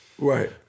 Right